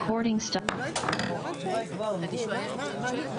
הישיבה ננעלה.